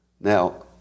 Now